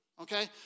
okay